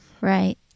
Right